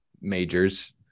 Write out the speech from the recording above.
majors